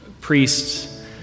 priests